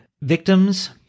victims